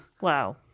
Wow